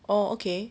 oh okay